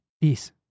Peace